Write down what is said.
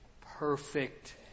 perfect